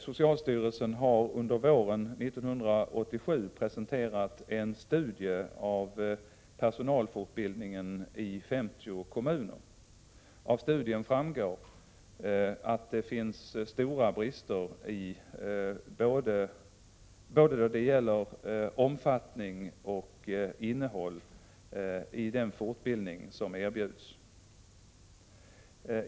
Socialstyrelsen har under våren 1987 presenterat en studie av personalfortbildningen i 50 kommuner. Av studien framgår att det finns stora brister då det gäller både omfattning och innehåll i den fortbildning som erbjuds.